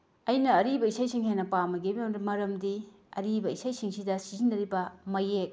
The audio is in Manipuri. ꯑꯩꯅ ꯑꯔꯤꯕ ꯏꯁꯩꯁꯤꯡ ꯍꯦꯟꯅ ꯄꯥꯝꯕꯒꯤ ꯃꯔꯝꯗꯤ ꯑꯔꯤꯕ ꯏꯁꯩꯁꯤꯡꯁꯤꯗ ꯁꯤꯖꯤꯟꯅꯔꯤꯕ ꯃꯌꯦꯛ